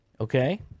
Okay